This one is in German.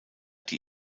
die